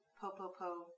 po-po-po